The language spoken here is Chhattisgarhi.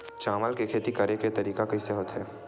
चावल के खेती करेके तरीका कइसे होथे?